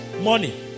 money